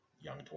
young